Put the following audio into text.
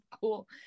cool